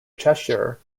cheshire